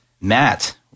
Matt